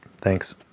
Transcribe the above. Thanks